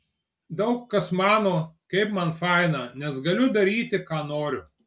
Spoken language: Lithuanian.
daug kas mano kaip man faina nes galiu daryti ką noriu